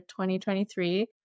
2023